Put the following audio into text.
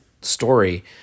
story